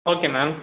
okay ma'am